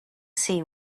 see